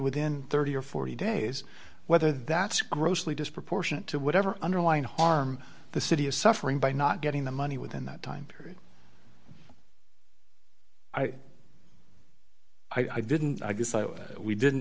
within thirty dollars or forty days whether that's grossly disproportionate to whatever underlying harm the city is suffering by not getting the money within that time period i i didn't i decide we didn't